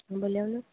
भोलि आउनुहोस्